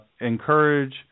encourage